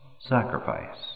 sacrifice